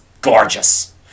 gorgeous